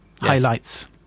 highlights